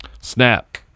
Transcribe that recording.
Snap